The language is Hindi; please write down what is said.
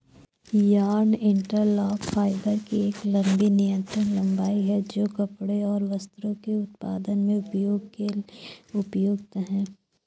यार्न इंटरलॉक फाइबर की एक लंबी निरंतर लंबाई है, जो कपड़े और वस्त्रों के उत्पादन में उपयोग के लिए उपयुक्त है